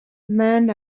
men